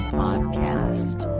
podcast